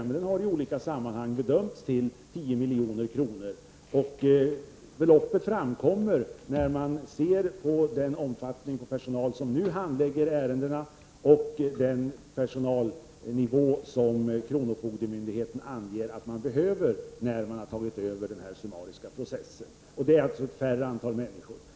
Men den har i olika sammanhang bedömts till 10 milj.kr. Beloppet framkommer när man ser på omfattningen av den personal som nu handlägger ärendena och den personalnivå som .kronofogdemyndigheterna anger att de behöver när de har tagit över den summariska processen. Det är alltså ett mindre antal människor.